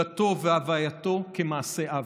דתו והווייתו כמעשה עוול.